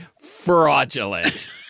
fraudulent